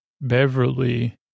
Beverly